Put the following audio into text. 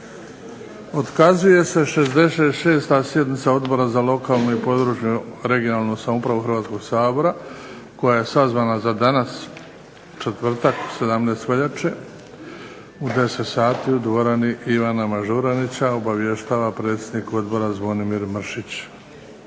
otkazuje se 66. sjednica Odbora za lokalnu i područnu (regionalnu) samoupravu Hrvatskog sabora, koja je sazvana za danas, četvrtak, 17. veljače, u 10 sati u dvorani Ivana Mažuranića, obavještava predsjednik odbora Zvonimir Mršić.